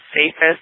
safest